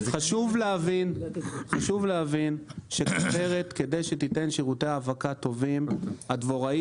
חשוב להבין שכוורת כדי שהיא תיתן שירותי האבקה טובים הדבוראי